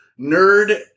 nerd